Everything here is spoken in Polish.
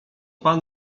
pan